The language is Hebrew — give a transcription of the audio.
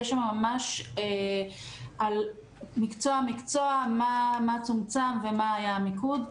יש שם ממש על כל מקצוע ומקצוע מה צומצם ומה היה המיקוד.